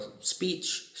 speech